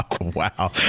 Wow